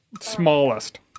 smallest